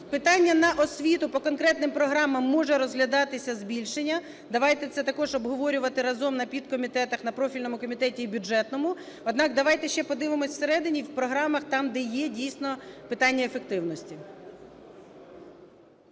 питання на освіту по конкретним програмам, може розглядатися збільшення. Давайте це також обговорювати разом на підкомітетах, на профільному комітеті і бюджетному. Однак, давайте ще подивимось всередині і в програмах, там, де є, дійсно, питання ефективності.